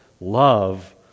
love